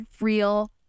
real